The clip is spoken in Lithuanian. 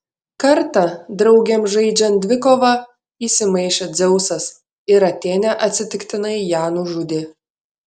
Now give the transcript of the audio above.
kartą draugėms žaidžiant dvikovą įsimaišė dzeusas ir atėnė atsitiktinai ją nužudė